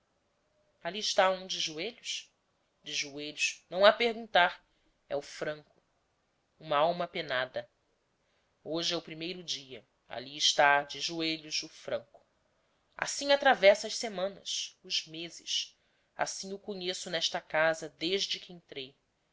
ali está um de joelhos de joelhos não há perguntar é o franco uma alma penada hoje é o primeiro dia ali está de joelhos o franco assim atravessa as semanas os meses assim o conheço nesta casa desde que entrei